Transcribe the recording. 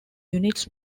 units